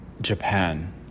Japan